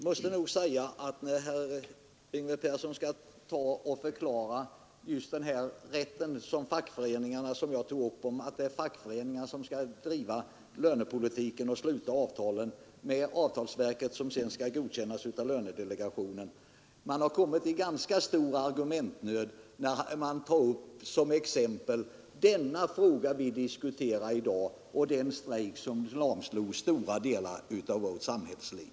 Herr talman! Herr Persson i Stockholm skulle bemöta vad jag tog upp, nämligen att det är fackföreningarna som driver lönepolitiken och sluter avtal med avtalsverket och att uppgörelsen sedan skall godkännas av lönedelegationen. Man har onekligen kommit i ganska stor argumentnöd, när man som exempel i den fråga som vi i dag diskuterar tar upp den strejk som lamslog stora delar av vårt samhällsliv.